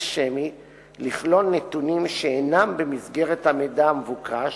שמי לכלול נתונים שאינם במסגרת המידע המבוקש,